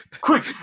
Quick